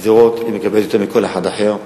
שדרות מקבלת יותר מכל אחד אחר בארץ,